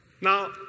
Now